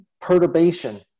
perturbation